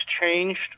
changed